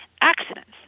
accidents